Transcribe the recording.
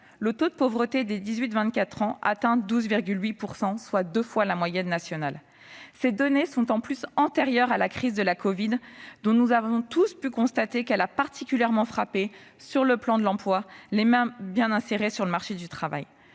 le taux de pauvreté des 18-24 ans atteint 12,8 %, soit deux fois la moyenne nationale. Ces données sont antérieures à la crise de la covid-19, dont nous avons tous pu constater qu'elle a particulièrement frappé, sur le plan de l'emploi, les moins bien insérés sur le marché du travail.